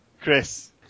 Chris